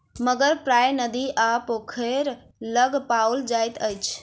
मगर प्रायः नदी आ पोखैर लग पाओल जाइत अछि